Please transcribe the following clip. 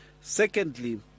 secondly